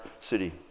city